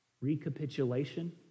Recapitulation